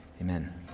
Amen